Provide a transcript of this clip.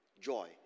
joy